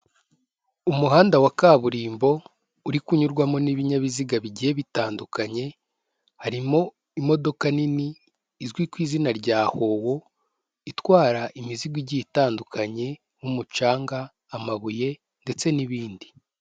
Umuhanda wa kaburimbo uri kunyurwamo n'ibinyabiziga bigiye bitandukanye, harimo imodoka nini izwi ku izina rya Howo itwara imizigo igiye itandukanye nk'umucanga, amabuye, ndetse n'ibindi.